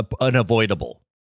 unavoidable